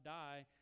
die